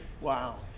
Wow